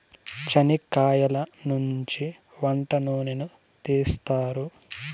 చనిక్కయలనుంచి వంట నూనెను తీస్తారు